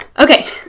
Okay